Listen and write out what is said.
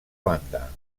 banda